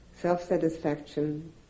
Self-satisfaction